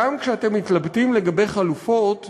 גם כשאתם מתלבטים לגבי חלופות,